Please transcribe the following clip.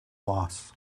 loss